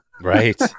Right